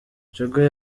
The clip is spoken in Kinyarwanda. jaguar